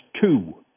two